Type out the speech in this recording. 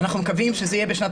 אנחנו מקווים שזה יהיה בשנת